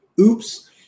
Oops